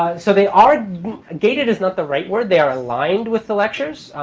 so they are ah gated is not the right word. they are aligned with the lectures.